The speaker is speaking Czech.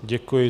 Děkuji.